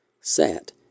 sat